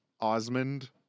Osmond